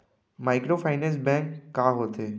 Microfinance bank का होथे?